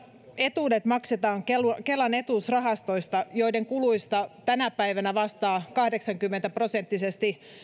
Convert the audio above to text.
etuudet maksetaan kelan kelan etuusrahastoista joiden kuluista tänä päivänä vastaa kahdeksankymmentä prosenttisesti